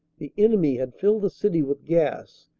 the enemy had filled the city with gas,